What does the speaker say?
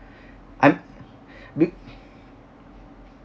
I